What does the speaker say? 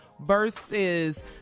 versus